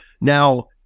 Now